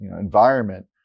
environment